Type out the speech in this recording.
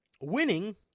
winning